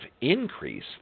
increase